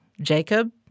Jacob